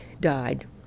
died